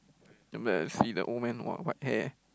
then I see the old man !wah! white hair